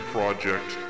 Project